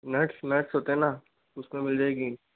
nuts nuts होता है ना उस में मिल जाएगी